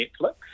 Netflix